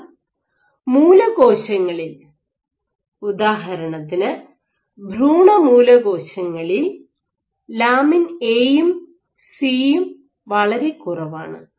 എന്നാൽ മൂലകോശങ്ങളിൽ ഉദാഹരണത്തിന് ഭ്രൂണ മൂലകോശങ്ങളിൽ ലാമിൻ എയും സിയും Lamin AC വളരെ കുറവാണ്